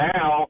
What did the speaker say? Now